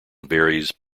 varies